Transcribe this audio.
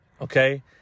Okay